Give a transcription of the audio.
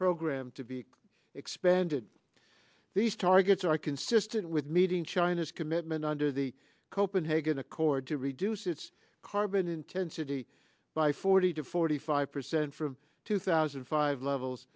program to be expanded these targets are consistent with meeting china's commitment under the copenhagen accord to reduce its carbon intensity by forty to forty five percent from two thousand and five levels